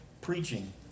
preaching